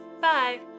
Bye